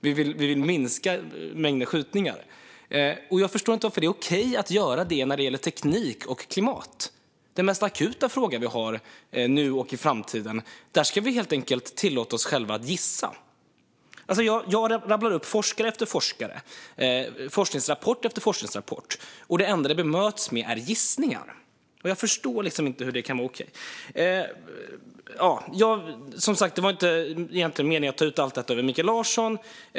Vi vill minska mängden skjutningar. Jag förstår inte varför det är okej att göra så här när det gäller teknik och klimat. I den mest akuta fråga vi har, nu och i framtiden, ska vi helt enkelt tillåta oss att gissa. Jag rabblar upp forskare efter forskare och forskningsrapport efter forskningsrapport, och det enda det bemöts med är gissningar. Jag förstår inte hur det kan vara okej. Som sagt var det egentligen inte meningen att ta ut allt detta på Mikael Larsson.